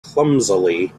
clumsily